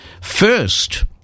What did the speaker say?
First